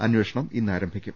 അന്വേഷണം ഇന്ന് ആരംഭിക്കും